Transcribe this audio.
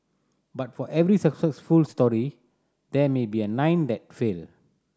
but for every successful story there may be a nine that failed